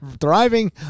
thriving